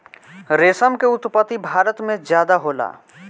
रेशम के उत्पत्ति भारत में ज्यादे होला